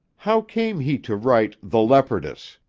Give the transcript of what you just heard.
how came he to write the leopardess?